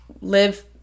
live